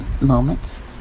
moments